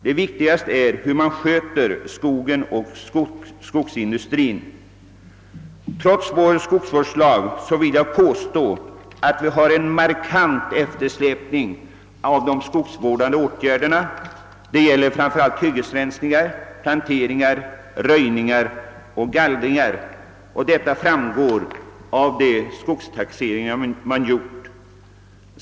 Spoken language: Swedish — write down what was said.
Det viktiga är hur skogen sköts. Och jag vill påstå att vi trots vår skogsvårdslag har en markant eftersläpning av de skogsvårdande åtgärderna, framför allt tryggas rensningar, planteringar, röjningar och gallringar. Detta framgår klart och tydligt av verkställda skogstaxeringar.